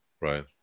Right